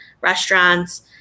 restaurants